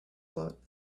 float